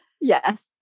Yes